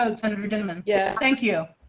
and senator dinniman yeah thank you,